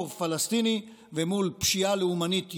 פלסטיני ומול פשיעה לאומנית יהודית,